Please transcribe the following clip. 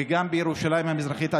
וגם בירושלים המזרחית,